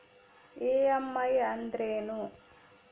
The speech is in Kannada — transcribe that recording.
ಇ.ಎಮ್.ಐ ಅಂದ್ರೇನು?